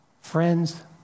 friends